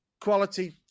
quality